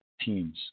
teams